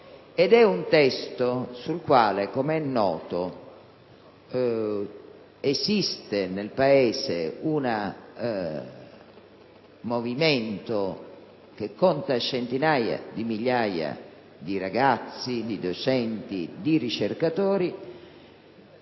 di spesa. Inoltre, come è noto, esiste nel Paese un movimento che conta centinaia di migliaia di ragazzi, di docenti, di ricercatori